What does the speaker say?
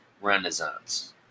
renaissance